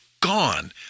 gone